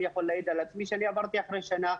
אני יכול להעיד על עצמי שעברתי אחרי שנה,